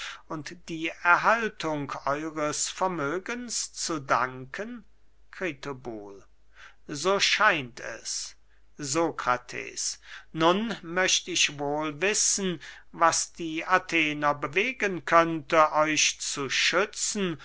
und die erhaltung eures vermögens zu danken kritobul so scheint es sokrates nun möcht ich wohl wissen was die athener bewegen könnte euch zu schützen